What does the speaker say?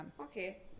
Okay